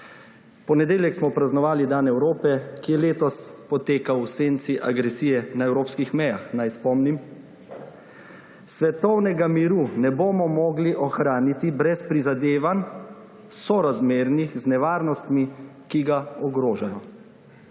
V ponedeljek smo praznovali dan Evrope, ki je letos potekal v senci agresije na evropskih mejah. Naj spomnim: »Svetovnega miru ne bomo mogli ohraniti brez prizadevanj, sorazmernih z nevarnostmi, ki ga ogrožajo.